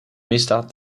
misdaad